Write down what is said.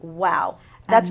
wow that's